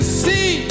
see